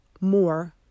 more